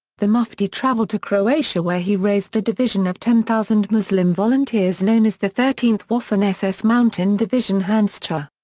the mufti traveled to croatia where he raised a division of ten thousand muslim volunteers known as the thirteenth waffen ss mountain division handschar.